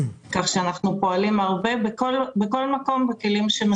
אנחנו פועלים הרבה בכל מקום בכלים שמתאימים.